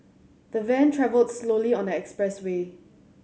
the van travelled slowly on the expressway